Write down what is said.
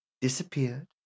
disappeared